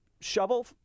shovel